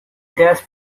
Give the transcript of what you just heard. dust